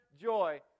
joy